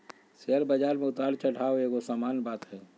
share बजार में उतार चढ़ाओ एगो सामान्य बात हइ